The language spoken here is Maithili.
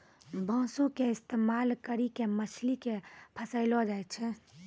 बांसो के इस्तेमाल करि के मछली के फसैलो जाय छै